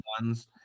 ones